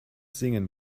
singen